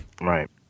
right